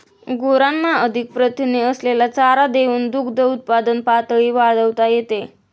गुरांना अधिक प्रथिने असलेला चारा देऊन दुग्धउत्पादन पातळी वाढवता येते